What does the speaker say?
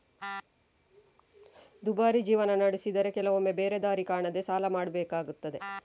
ದುಬಾರಿ ಜೀವನ ನಡೆಸಿದ್ರೆ ಕೆಲವೊಮ್ಮೆ ಬೇರೆ ದಾರಿ ಕಾಣದೇ ಸಾಲ ಮಾಡ್ಬೇಕಾಗ್ತದೆ